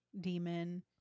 demon